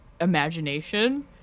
imagination